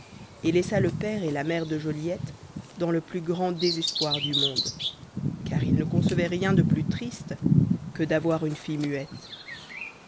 et laissa le père et la mère de joliette dans le plus grand désespoir du monde car ils ne concevaient rien de plus triste que d'avoir une fille muette